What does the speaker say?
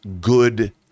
good